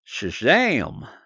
Shazam